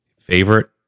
Favorite